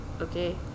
Okay